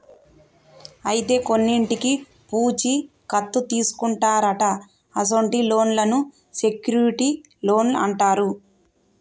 అయితే కొన్నింటికి పూచీ కత్తు తీసుకుంటారట అసొంటి లోన్లను సెక్యూర్ట్ లోన్లు అంటారు